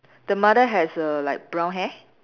the mother has err like brown hair